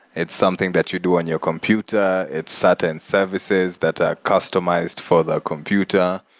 it's something that you do on your computer. it's certain services that are customized for the computer.